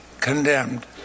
condemned